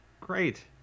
Great